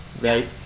right